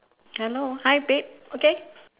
hello hi babe okay